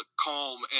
calm